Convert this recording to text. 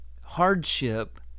hardship